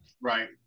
Right